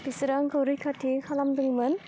बिसोर आंखौ रैखाथि खालामदोंमोन